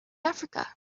africa